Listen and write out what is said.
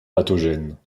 pathogènes